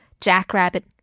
jackrabbit